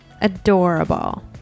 adorable